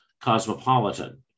cosmopolitan